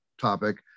topic